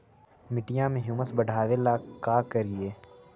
मिट्टियां में ह्यूमस बढ़ाबेला का करिए?